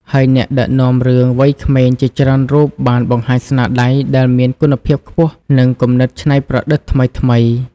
ហើយអ្នកដឹកនាំរឿងវ័យក្មេងជាច្រើនរូបបានបង្ហាញស្នាដៃដែលមានគុណភាពខ្ពស់ និងគំនិតច្នៃប្រឌិតថ្មីៗ។